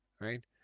right